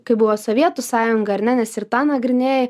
kaip buvo sovietų sąjunga ar ne nes ir tą nagrinėji